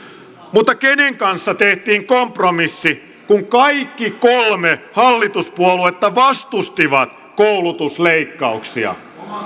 mutta kenen kanssa tehtiin kompromissi kun kaikki kolme hallituspuoluetta vastustivat koulutusleikkauksia